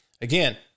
again